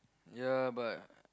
yeah but